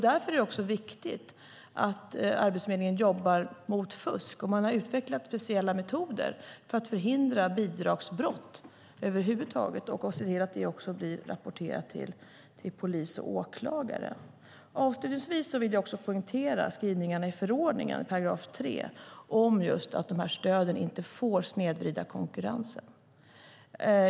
Därför är det viktigt att Arbetsförmedlingen jobbar mot fusk, och man har utvecklat speciella metoder för att förhindra bidragsbrott och se till att de blir rapporterade till polis och åklagare. Jag vill poängtera skrivningarna i 3 § i förordningen om att de här stöden inte får snedvrida konkurrensen.